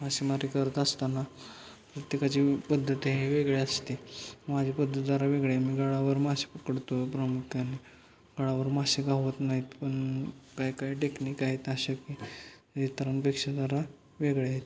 मासेमारी करत असताना प्रत्येकाची पद्धत हे वेगळे असते माझी पद्धत जरा वेगळी आहे मी गळावर मासे पकडतो प्रामुख्याने गळावर मासे गावत नाहीत पण काय काय टेक्निक आहेत अशा की इतरांपेक्षा जरा वेगळे आहेत